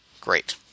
Great